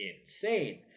insane